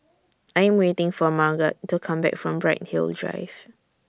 I Am waiting For Marget to Come Back from Bright Hill Drive